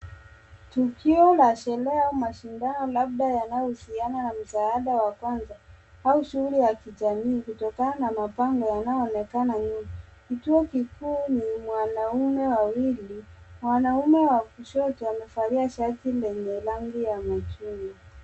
Tukio la sherehe au mashindano labda yanayohusiana na msaada wa kwanza au shughuli ya kijamii kutokana na mabango yanayoonekana nyuma . Kituo kikuu ni mwanaume wawili, mwanaume wa kushoto amevalia shati lenye rangi ya machungwa.